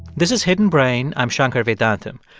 this is hidden brain. i'm shankar vedantam.